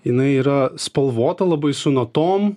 jinai yra spalvota labai su natom